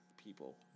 people